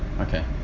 Okay